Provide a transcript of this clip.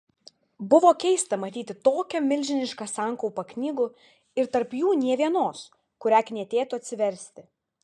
buvo keista matyti tokią milžinišką sankaupą knygų ir tarp jų nė vienos kurią knietėtų atsiversti